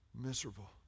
miserable